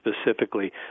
specifically